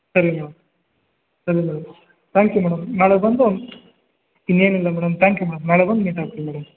ಸರಿ ಮೇಡಮ್ ಸರಿ madam thank you madam ನಾಳೆ ಬಂದು ಇನ್ನೇನಿಲ್ಲ ಮೇಡಮ್ ಥ್ಯಾಂಕ್ ಯು ಮೇಡಮ್ ನಾಳೆ ಬಂದು ಮೀಟ್ ಆಗ್ತೀನಿ ಮೇಡಮ್